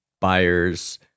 buyers